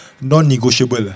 non-negotiable